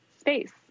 space